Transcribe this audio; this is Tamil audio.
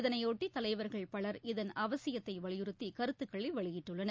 இதனையொட்டி தலைவர்கள் பலர் இதன் அவசியத்தை வலியுறுத்தி கருத்துக்களை வெளியிட்டுள்ளனர்